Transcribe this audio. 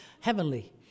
Heavenly